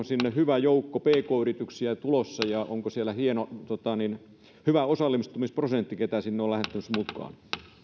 sinne hyvä joukko pk yrityksiä tulossa ja onko siellä hyvä osallistumisprosentti ketä sinne ollaan lähettämässä mukaan